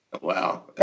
Wow